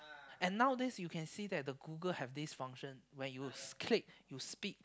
and nowadays you can see that the Google have this function when you click you speak